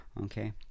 Okay